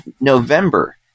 November